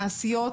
מעשיות,